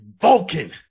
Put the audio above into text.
Vulcan